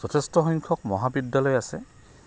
যথেষ্ট সংখ্যক মহাবিদ্যালয় আছে